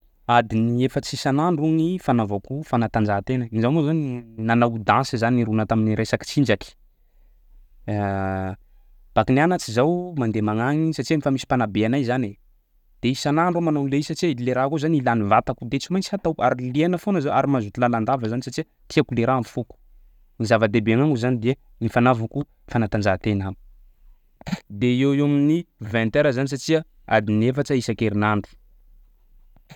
Adiny efatsa isan'andro gny fanaovako fanatanjahantena. Zaho moa zany nanao dansy zany nirona tamin'ny resaky tsinjaky. Baka nianatsy zaho mandeha magnagny satsia fa misy mpanabe anay zany e, de isan'andro aho manao an'le izy satsia le raha koa zany ilan'ny vatako de tsy maintsy ataoko ary liana foana zaho ary mazoto lalandava zany satsia tiako le raha am'foko. Ny zava-dehibe agnamiko zany de ny fanaovako fanatanjahantena de eo ho eo amin'ny vingt heures zany satsia adiny efatsa isan-kerignandro.